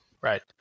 right